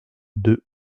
deux